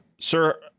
Sir